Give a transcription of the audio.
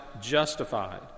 justified